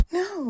no